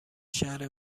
شهر